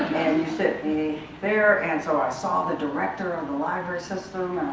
sent me there and so i saw the director of the library system